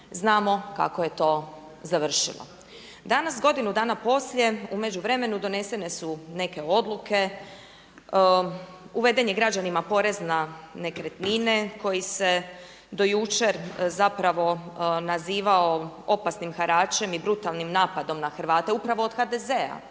znamo kako je to završilo. Danas, godinu dana poslije, u međuvremenu donesene su neke odluke, uveden je građanima porez na nekretnine koji se do jučer zapravo nazivao opasnim haračem i brutalnim napadom na Hrvate, upravo od HDZ-a,